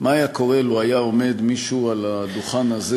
מה היה קורה לו היה עומד מישהו על הדוכן הזה